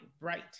bright